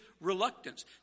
reluctance